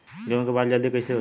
गेहूँ के बाल जल्दी कईसे होई?